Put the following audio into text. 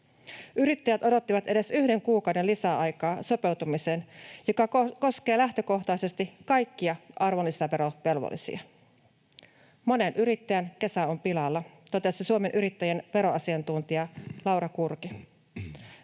Yrittäjät odottivat edes yhden kuukauden lisäaikaa sopeutumiseen, joka koskee lähtökohtaisesti kaikkia arvonlisäverovelvollisia. ”Monen yrittäjän kesä on pilalla”, totesi Suomen Yrittäjien veroasiantuntija Laura Kurki.